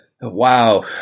wow